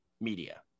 media